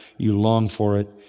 you long for it,